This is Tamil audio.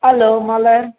ஹலோ மலர்